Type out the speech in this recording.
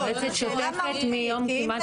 היא יועצת מיום קימת התאגיד.